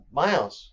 miles